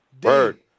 bird